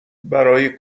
برای